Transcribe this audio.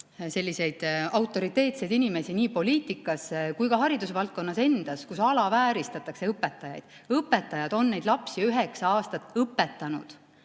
selliseid autoriteetseid inimesi nii poliitikas kui ka haridusvaldkonnas endas, kes alavääristavad õpetajaid. Õpetajad on neid lapsi üheksa aastat õpetanud